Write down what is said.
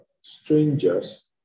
strangers